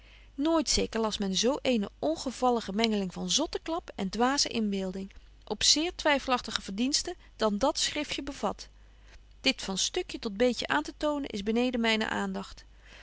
nooit zeker las men zo eene ongevallige mengeling van zotteklap en dwaze inbeelding op zeer twyffelachtige verdiensten dan dat schriftje bevat dit van stukje tot beetje aan te tonen is beneden mynen aandagt